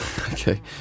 Okay